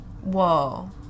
Whoa